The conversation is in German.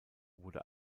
wurde